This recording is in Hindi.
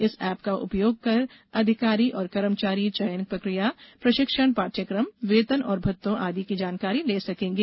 इस ऐप का उपयोग कर अधिकारी और कर्मचारी चयन प्रक्रिया प्रशिक्षण पाठ्यक्रम वेतन और भत्तों आदि की जानकारी ले सकेंगे